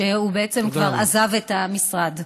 שבעצם כבר עזב את המשרד.